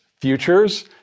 futures